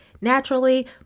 naturally